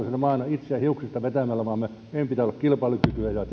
itseään hiuksista vetämällä vaan meillä pitää olla kilpailukykyä ja